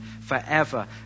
forever